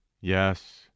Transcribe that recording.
Yes